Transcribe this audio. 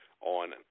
on